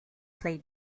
played